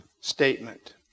statement